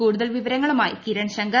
കൂടുതൽ വിവരങ്ങളുമാ്യി കിരൺ ശങ്കർ